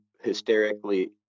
hysterically –